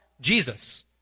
Jesus